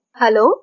hello